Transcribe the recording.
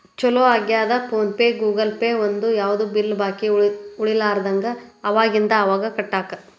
ಚೊಲೋ ಆಗ್ಯದ PhonePe Google Pay ಬಂದು ಯಾವ್ದು ಬಿಲ್ ಬಾಕಿ ಉಳಿಲಾರದಂಗ ಅವಾಗಿಂದ ಅವಾಗ ಕಟ್ಟಾಕ